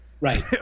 Right